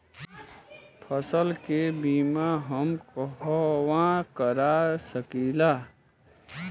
फसल के बिमा हम कहवा करा सकीला?